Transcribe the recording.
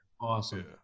Awesome